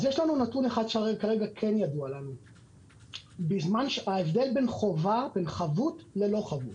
אז יש לנו נתון אחד שכרגע כן ידוע לנו על ההבדל בין חבות ללא חבות.